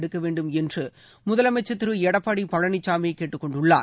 எடுக்க வேண்டும் என்று முதலமைச்சர் திரு எடப்பாடி பழனிசாமி கேட்டுக்கொண்டுள்ளார்